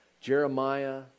Jeremiah